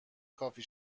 کافی